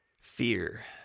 Fear